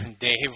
Dave